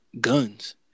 guns